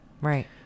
right